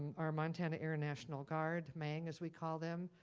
our montana air national guard, mang, as we call them,